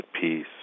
peace